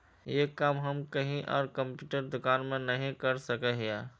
ये काम हम कहीं आर कंप्यूटर दुकान में नहीं कर सके हीये?